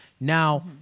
Now